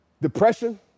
depression